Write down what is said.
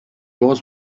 was